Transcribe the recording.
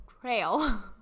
Trail